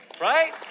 right